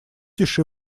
тиши